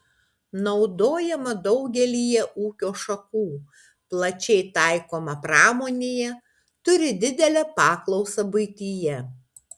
naudojama daugelyje ūkio šakų plačiai taikoma pramonėje turi didelę paklausą buityje